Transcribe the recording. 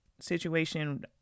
situation